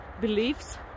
beliefs